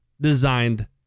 designed